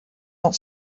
not